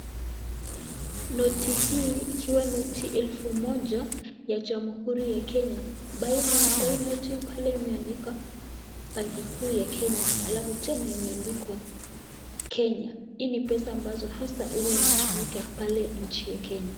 Noti hii ikiwa noti elfu moja ya Jamhuri ya Kenya kwa hii noti pale imeandikwa Banki kuu ya Kenya alafu tena imeandikwa kenya, hii ni pesa ambazo hasa huwa inatumika pale nchi ya Kenya.